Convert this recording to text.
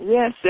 Yes